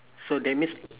so that means